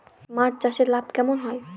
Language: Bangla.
মাছ চাষে লাভ কেমন হয়?